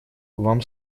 вам